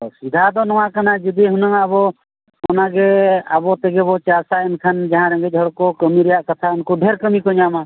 ᱚᱥᱩᱵᱤᱫᱷᱟ ᱫᱚ ᱱᱚᱣᱟ ᱠᱟᱱᱟ ᱡᱩᱫᱤ ᱦᱩᱱᱟᱹᱝ ᱟᱵᱚ ᱚᱱᱟ ᱜᱮ ᱟᱵᱚ ᱛᱮᱜᱮ ᱵᱚ ᱪᱟᱥᱟ ᱮᱱᱠᱷᱟᱱ ᱡᱟᱦᱟᱸ ᱨᱮᱸᱜᱮᱡ ᱦᱚᱲ ᱠᱚ ᱠᱟᱹᱢᱤ ᱨᱮᱭᱟᱜ ᱠᱟᱛᱷᱟ ᱩᱱᱠᱩ ᱰᱷᱮᱹᱨ ᱠᱟᱹᱢᱤ ᱠᱚ ᱧᱟᱢᱟ